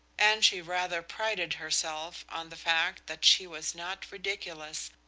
and she rather prided herself on the fact that she was not ridiculous,